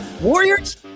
Warriors